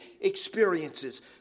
experiences